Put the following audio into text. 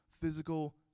physical